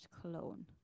cologne